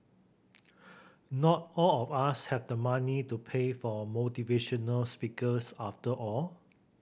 not all of us have the money to pay for motivational speakers after all